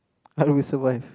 I will survive